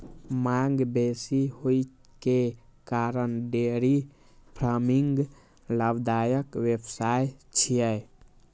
मांग बेसी होइ के कारण डेयरी फार्मिंग लाभदायक व्यवसाय छियै